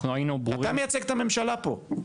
אנחנו היינו ברורים --- אתה מייצג את הממשלה פה.